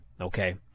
Okay